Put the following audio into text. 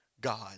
God